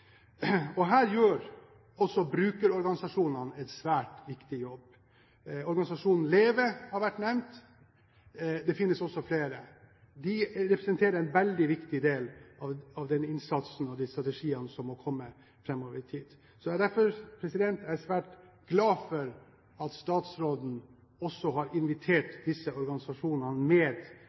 Her gjør også brukerorganisasjonene en svært viktig jobb. Organisasjonen LEVE har vært nevnt, det finnes også flere. De representerer en veldig viktig del av den innsatsen og de strategiene som må komme framover i tid. Jeg er derfor svært glad for at statsråden også har invitert disse organisasjonene med